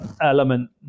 element